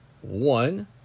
one